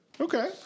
Okay